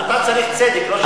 אתה צריך צדק, לא שוויון.